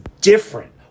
different